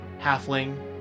halfling